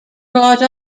brought